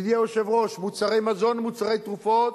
ידידי היושב-ראש, מוצרי מזון, מוצרי תרופות